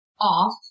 off